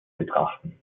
betrachten